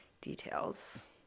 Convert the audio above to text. details